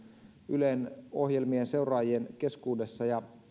ylen ohjelmien seuraajien keskuudessa